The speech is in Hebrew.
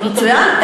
מצוין.